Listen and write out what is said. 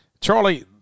Charlie